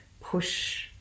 push